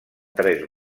tres